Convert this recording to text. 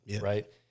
right